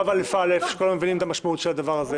וא"א שכולם מבינים את הדבר הזה,